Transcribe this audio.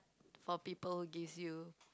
for people who gives you